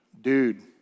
Dude